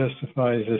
justifies